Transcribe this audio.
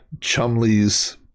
Chumley's